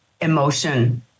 emotion